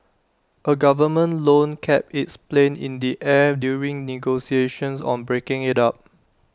A government loan kept its planes in the air during negotiations on breaking IT up